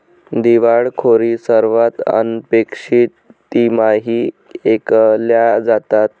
दिवाळखोरी सर्वात अनपेक्षित तिमाहीत ऐकल्या जातात